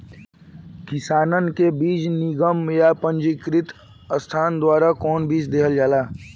किसानन के बीज निगम या पंजीकृत संस्था द्वारा कवन बीज देहल जाला?